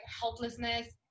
helplessness